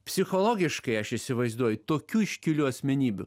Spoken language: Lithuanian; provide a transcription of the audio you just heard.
psichologiškai aš įsivaizduoju tokių iškilių asmenybių